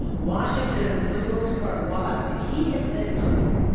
washington, for the most part, was. if he had said something,